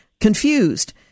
confused